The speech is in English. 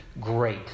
great